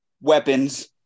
weapons